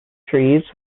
trees